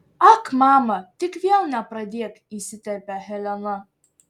ak mama tik vėl nepradėk įsiterpia helena